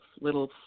little